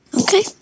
Okay